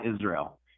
Israel